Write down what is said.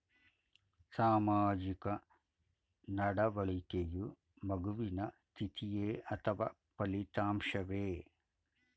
ಸಾಮಾಜಿಕ ನಡವಳಿಕೆಯು ಮಗುವಿನ ಸ್ಥಿತಿಯೇ ಅಥವಾ ಫಲಿತಾಂಶವೇ?